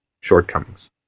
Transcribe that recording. shortcomings